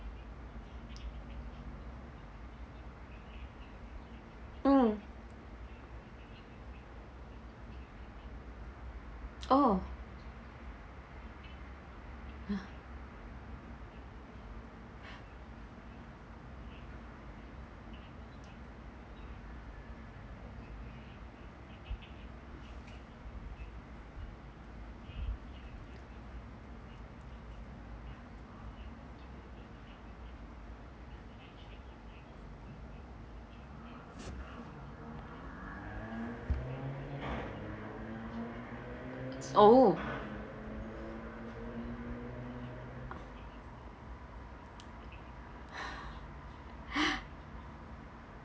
mm orh oh